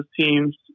teams